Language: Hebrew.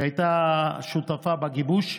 שהייתה שותפה בגיבוש,